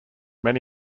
many